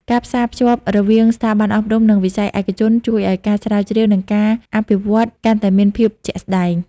ការផ្សារភ្ជាប់រវាងស្ថាប័នអប់រំ និងវិស័យឯកជនជួយឱ្យការស្រាវជ្រាវ និងការអភិវឌ្ឍកាន់តែមានភាពជាក់ស្ដែង។